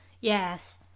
Yes